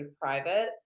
private